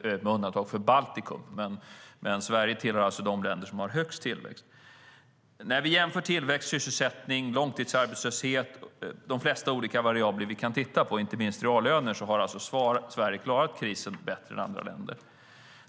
med undantag för Baltikum. Men Sverige tillhör alltså de länder som har högst tillväxt. När vi jämför tillväxt, sysselsättning, långtidsarbetslöshet och de flesta olika variabler vi kan titta på, inte minst reallöner, har Sverige klarat krisen bättre än andra länder.